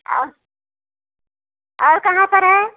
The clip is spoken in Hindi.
औ और कहाँ पर है